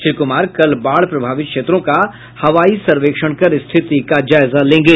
श्री कुमार कल बाढ़ प्रभावित क्षेत्रों का हवाई सर्वेक्षण कर स्थिति का जायजा लेंगे